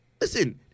Listen